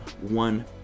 one